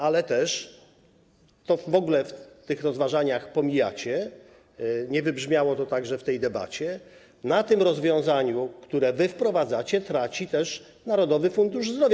Ale też - to w ogóle w tych rozważaniach pomijacie, nie wybrzmiało to także w tej debacie - na tym rozwiązaniu, które wy wprowadzacie, traci też Narodowy Fundusz Zdrowia.